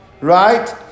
Right